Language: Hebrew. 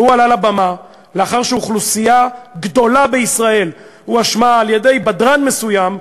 והוא עלה לבמה לאחר שאוכלוסייה גדולה בישראל הואשמה על-ידי בדרן מסוים,